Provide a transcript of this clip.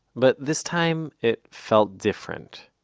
but this time it felt different.